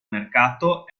mercato